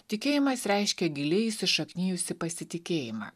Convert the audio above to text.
tikėjimas reiškia giliai įsišaknijusį pasitikėjimą